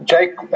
Jake